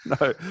no